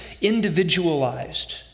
individualized